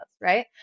right